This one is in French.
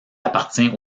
appartient